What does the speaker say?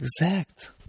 Exact